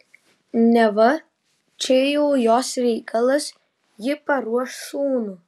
neva čia jau jos reikalas ji paruoš sūnų